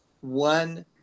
one